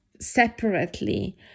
separately